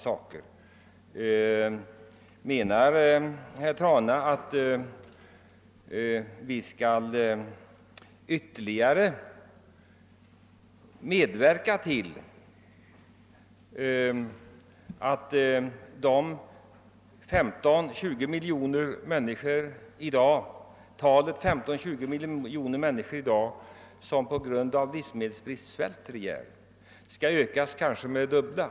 Men menar herr Trana att vi skall medverka till att det antal människor — 15 eller 20 miljoner — som i dag svälter ihjäl på grund av livsmedelsbrist ökas till kanske det dubbla?